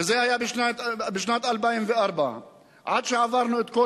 וזה היה בשנת 2004. עד שעברנו את כל